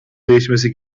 değişmesi